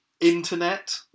internet